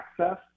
access